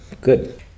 Good